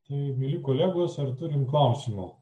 tai mieli kolegos ar turim klausimų